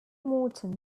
morton